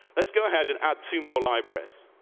let's go ahead and add two more libraries,